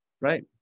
Right